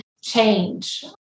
change